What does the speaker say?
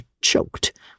choked